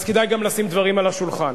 אז כדאי גם לשים דברים על השולחן.